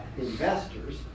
investors